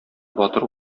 батыр